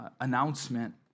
announcement